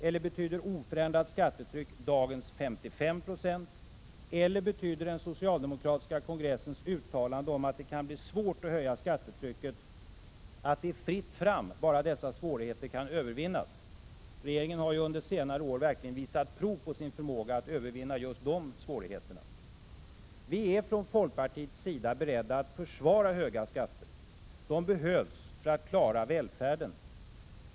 Eller betyder oförändrat skattetryck dagens 55 96? Eller betyder den socialdemokratiska kongressens uttalande om att det kan bli svårt att höja skattetrycket att det är fritt fram bara dessa svårigheter kan övervinnas? Regeringen har ju under senare år verkligen visat prov på sin förmåga att övervinna just de svårigheterna. Vi är från folkpartiets sida beredda att försvara höga skatter. De behövs för att klara välfärden.